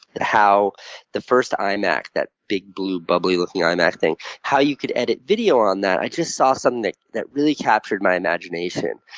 how the first imac that big, blue, bubbly-looking imac thing how you could edit video on that, i just saw something that that really captured my imagination.